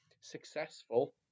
successful